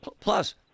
Plus